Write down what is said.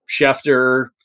Schefter